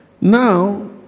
now